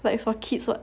is for kids [what]